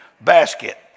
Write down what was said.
basket